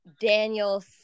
Daniel